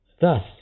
Thus